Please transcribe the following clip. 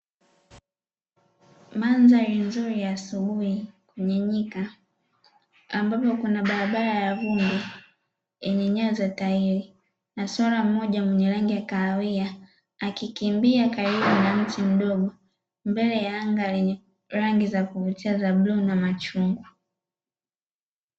Mandhari nzuri ya asubuhi kwenye nyika ambapo kuna barabara ya vumbi yenye nyayo za tairi na swala mmoja mwenyewe rangi ya kahawia, akikimbia karibu na mti mdogo mbele ya anga lenye rangi za kuvutia za bluu na machungwa.